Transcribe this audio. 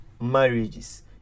marriages